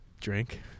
drink